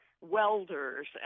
welders